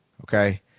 okay